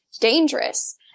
dangerous